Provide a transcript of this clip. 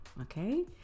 okay